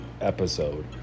episode